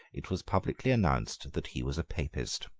it was publicly announced that he was a papist.